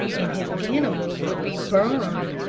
and his animals would be burned.